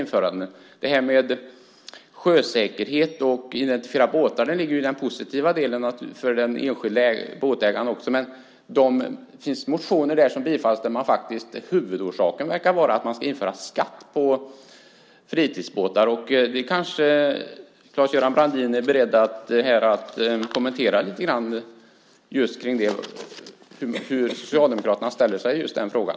Att det också skulle handla om sjösäkerhet och att identifiera båtar är något positivt för den enskilda båtägaren. Men enligt vissa motioner verkar den huvudsakliga anledningen till att man vill införa ett register vara att man ska införa skatt på fritidsbåtar. Claes-Göran Brandin kanske är beredd att kommentera lite grann här hur Socialdemokraterna ställer sig i just den frågan.